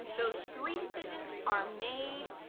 those three decisions are made.